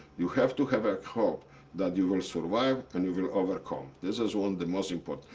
you have to have ah hope that you will survive and you will overcome. this is one of the most important.